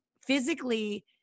physically